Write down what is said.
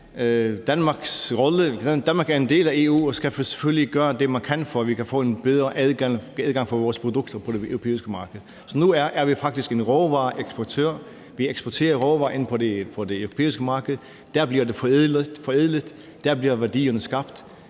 Danmark er en del af EU og skal selvfølgelig gøre noget markant for, at vi kan få en bedre adgang for vores produkter på det europæiske marked. Nu er vi faktisk en råvareeksportør. Vi eksporterer råvarer ind på det europæiske marked. Der bliver de forædlet, og der bliver værdierne skabt.